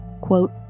quote